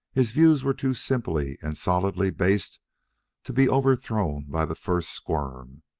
his views were too simply and solidly based to be overthrown by the first squirm,